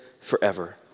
forever